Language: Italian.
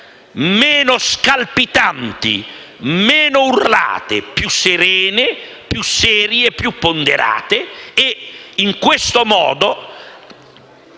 meno scalpitanti, meno urlate, più serene, più serie, più ponderate. In questo modo